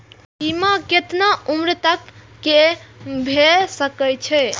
बीमा केतना उम्र तक के भे सके छै?